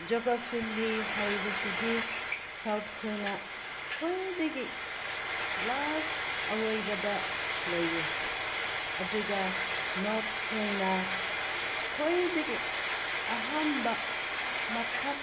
geographically ꯍꯥꯏꯕꯁꯤꯗꯤ south ꯈꯣꯏꯅ ꯈ꯭ꯋꯥꯏꯗꯒꯤ ꯂꯥꯁ ꯑꯔꯣꯏꯕꯗ ꯂꯩꯌꯦ ꯑꯗꯨꯒ ꯅꯣꯔꯠ ꯈꯣꯏꯅ ꯈ꯭ꯋꯥꯏꯗꯒꯤ ꯑꯍꯥꯝꯕ ꯃꯊꯛ